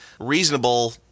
reasonable